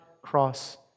cross